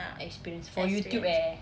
experience for youtube eh